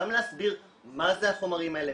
גם להסביר מה זה החומרים האלה,